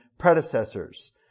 Predecessors